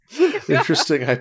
interesting